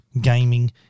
gaming